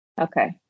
Okay